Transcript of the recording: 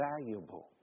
valuable